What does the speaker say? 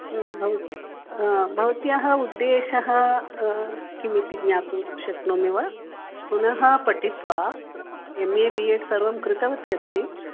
भव भवत्याः उद्देशः किमिति ज्ञातुं शक्नोमि वा पुनः पठित्वा एम् ए बि एड् सर्वं कृतवती अस्ति